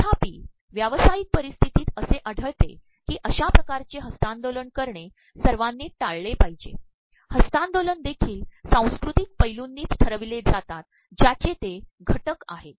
तर्ाप्रप व्यावसातयक पररप्स्त्र्तीत असे आढळते की अशा िकारचे हस्त्तांदोलन करणे सवायनी िाळले पाद्रहजे हस्त्तांदोलन देखील सांस्त्कृततक पैलूंनीच ठरप्रवले जातात ज्याचे ते घिक आहेत